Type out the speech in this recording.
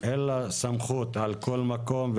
אין לה סמכות על כל מקום,